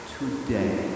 today